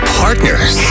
partners